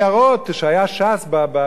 כשהיה ש"ס בבית-הכנסת,